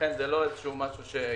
לכן זה לא משהו שיישכח.